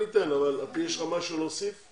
יש לך משהו להוסיף?